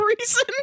reason